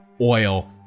oil